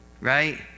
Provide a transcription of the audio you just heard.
Right